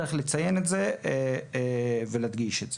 צריך לציין את זה ולהדגיש את זה.